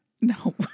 No